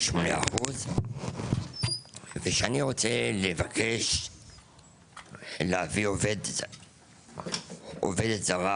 188%. כשאני רוצה לבקש להביא עובדת זרה